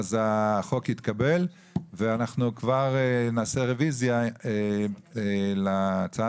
הצבעה אושר החוק התקבל ואנחנו כבר נעשה רוויזיה להצעה הזאת.